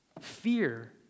Fear